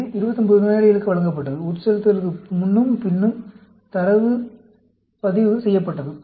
இது 29 நோயாளிகளுக்கு வழங்கப்பட்டது உட்செலுத்தலுக்கு முன்னும் பின்னும் தரவு பதிவு செய்யப்பட்டது